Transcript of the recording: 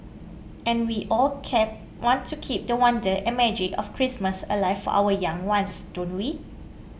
and we all kept want to keep the wonder and magic of Christmas alive for our young ones don't we